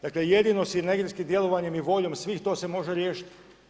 Dakle jedino sinergijskim djelovanjem i voljom svih to se može riješiti.